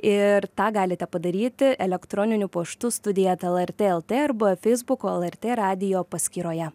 ir tą galite padaryti elektroniniu paštu studija eta lrt lr arba feisbuko lrt radijo paskyroje